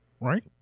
right